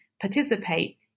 participate